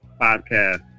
podcast